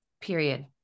Period